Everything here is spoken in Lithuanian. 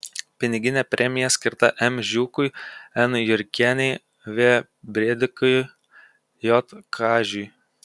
piniginė premija skirta m žiūkui n jurkienei v brėdikiui j kažiui